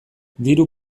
diru